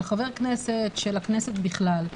של חבר כנסת, של הכנסת בכלל.